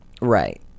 Right